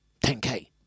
10K